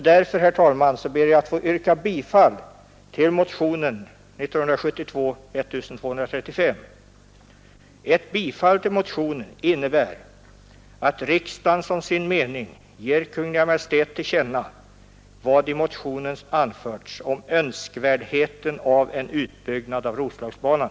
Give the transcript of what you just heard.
Därför, herr talman, ber jag att få yrka bifall till motionen 1235 år 1972. Ett bifall till motionen innebär att riksdagen som sin mening ger Kungl. Maj:t till känna vad i motionen anförts om önskvärdheten av en utbyggnad av Roslagsbanan.